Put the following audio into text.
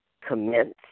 commence